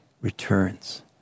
returns